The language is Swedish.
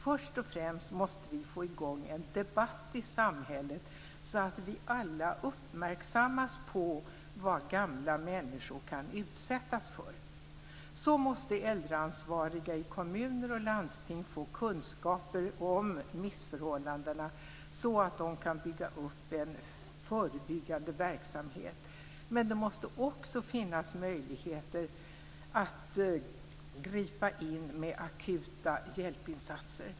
Först och främst måste vi få i gång en debatt i samhället, så att vi alla uppmärksammas på vad gamla människor kan utsättas för. Så måste äldreansvariga i kommuner och landsting få kunskaper om missförhållandena, så att de kan bygga upp en förebyggande verksamhet. Det måste också finnas möjligheter att gripa in med akuta hjälpinsatser.